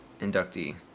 inductee